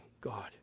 God